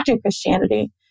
Christianity